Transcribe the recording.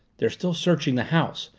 they're still searching the house.